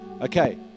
Okay